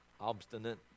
obstinate